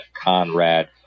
Conrad